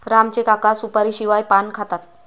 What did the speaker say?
राम चे काका सुपारीशिवाय पान खातात